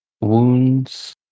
wounds